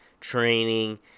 training